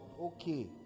okay